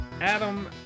Adam